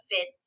fit